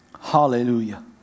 Hallelujah